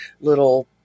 little